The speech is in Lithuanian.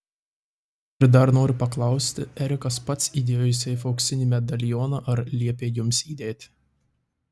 ir dar noriu paklausti erikas pats įdėjo į seifą auksinį medalioną ar liepė jums įdėti